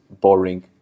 boring